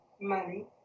Money